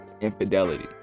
infidelity